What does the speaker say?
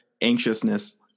anxiousness